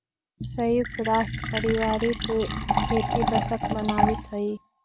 संयुक्त राष्ट्र पारिवारिक खेती दशक मनावित हइ